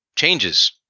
changes